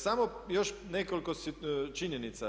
Samo još nekoliko činjenica.